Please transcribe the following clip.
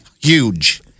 huge